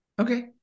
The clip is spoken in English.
Okay